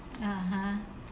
(uh huh)